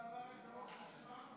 התשפ"ב 2021,